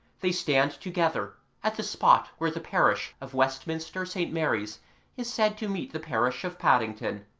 they stand together at the spot where the parish of westminster st. mary's is said to meet the parish of paddington.